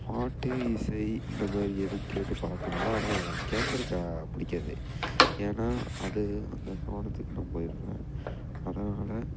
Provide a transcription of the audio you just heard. பாட்டு இசை இந்த மாதிரி எதுவும் கேட்டு பழக்கம் இல்லை ஆனால் கேட்குறக்கு பிடிக்காது ஏன்னால் அது அந்த கோணத்துக்கு நம்ம இல்லை அதனாலே